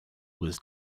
was